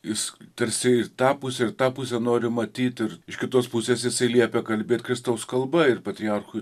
jis tarsi ir tą pusę ir tą pusę nori matyt ir iš kitos pusės jisai liepia kalbėt kristaus kalba ir patriarchui